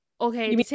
okay